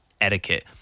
etiquette